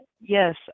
yes